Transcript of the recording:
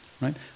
right